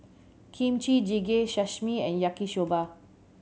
Kimchi Jjigae Sashimi and Yaki Soba